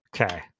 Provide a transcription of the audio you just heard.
Okay